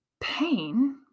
pain